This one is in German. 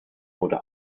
oder